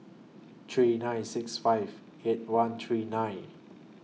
three nine six five eight one three nine